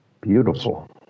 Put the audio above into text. Beautiful